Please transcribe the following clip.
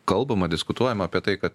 kalbama diskutuojama apie tai kad